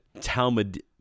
Talmud